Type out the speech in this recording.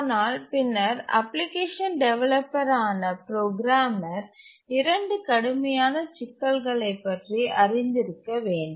ஆனால் பின்னர் application developer ஆன ப்ரோகிராமர் இரண்டு கடுமையான சிக்கல்களைப் பற்றி அறிந்திருக்க வேண்டும்